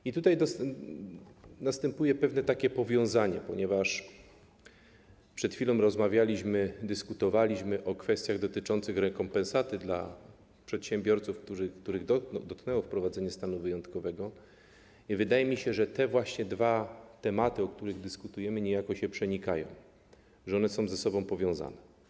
I tu następuje pewne powiązanie, ponieważ przed chwilą rozmawialiśmy, dyskutowaliśmy o kwestiach dotyczących rekompensaty dla przedsiębiorców, których dotknęło wprowadzenie stanu wyjątkowego, i wydaje mi się, że właśnie te dwa tematy, o których dyskutujemy, niejako się przenikają, są ze sobą powiązane.